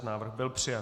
Návrh byl přijat.